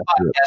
podcast